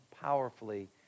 powerfully